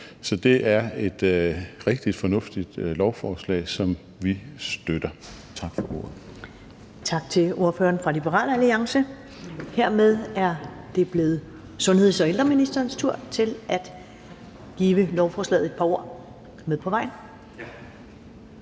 Så det er et rigtig fornuftigt lovforslag, som vi støtter. Tak for ordet. Kl. 12:46 Første næstformand (Karen Ellemann): Tak til ordføreren fra Liberal Alliance. Hermed er det blevet sundheds- og ældreministerens tur til at give lovforslaget et par ord